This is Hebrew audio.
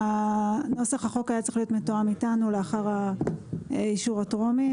נוסח החוק היה צריך להיות מתואם איתנו לאחר האישור הטרומי,